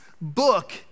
book